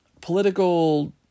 political